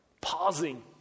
pausing